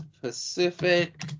Pacific